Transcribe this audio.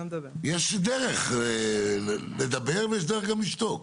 יש דרך לדבר ויש דרך גם לשתוק.